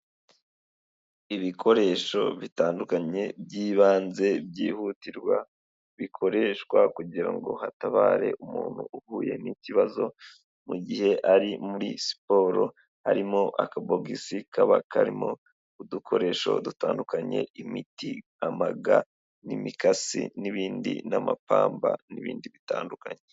Ibikoresho bitandukanye by'ibanze byihutirwa, bikoreshwa kugira ngo hatabare umuntu uhuye n'ikibazo mu gihe ari muri siporo, harimo akabogisi kaba karimo udukoresho dutandukanye, imiti amaga n'imikasi n'ibindi, n'amapamba n'ibindi bitandukanye.